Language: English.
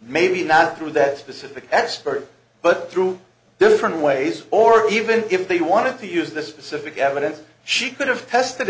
maybe not through that specific expert but through different ways or even if they wanted to use this specific evidence she could have tested